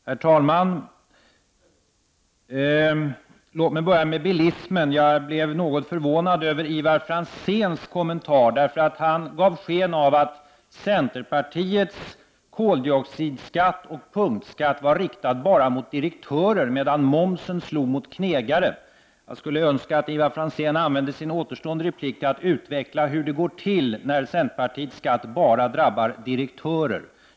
Herr talman! Jag skall börja med att säga något om bilismen. Jag blev något förvånad över Ivar Franzéns kommentar här. Han gav ju sken av att cen terpartiets koldioxidskatt och punktskatt var riktade bara mot direktörer — medan momsen skulle slå mot knegare. Jag skulle önska att Ivar Franzén ville använda sin återstående replik till att utveckla resonemanget om centerpartiets skatt som bara skall drabba direktörer.